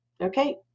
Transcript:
okay